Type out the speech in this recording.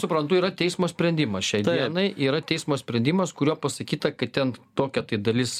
suprantu yra teismo sprendimas šiai dienai yra teismo sprendimas kuriuo pasakyta kad ten tokia tai dalis